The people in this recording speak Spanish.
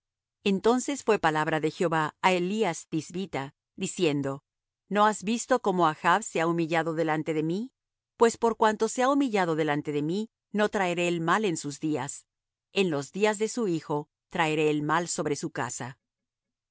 entonces fué palabra de jehová á elías thisbita diciendo no has visto como achb se ha humillado delante de mí pues por cuanto se ha humillado delante de mí no traeré el mal en sus días en los días de su hijo traeré el mal sobre su casa